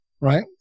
right